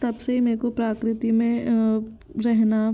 तब से ही मेरे को प्राकृति में रहना